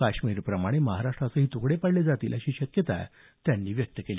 काश्मीरप्रमाणे महाराष्ट्राचेही तुकडे पाडले जातील अशी शक्यता ठाकरे यांनी व्यक्त केली